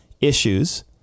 issues